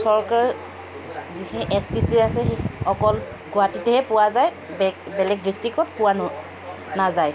চৰকাৰ যিখিনি A S T C আছে সেই অকল গুৱাহাটীতহে পোৱা যায় বেলেগ ডিষ্টিকত পোৱা নাযায়